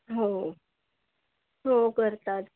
हो हो करतात